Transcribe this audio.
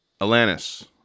Alanis